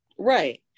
Right